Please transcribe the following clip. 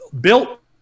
built